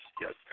yes